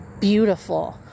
beautiful